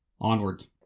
Onwards